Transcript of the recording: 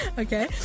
Okay